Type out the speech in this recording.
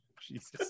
Jesus